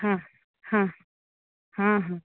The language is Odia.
ହଁ ହଁ ହଁ ହଁ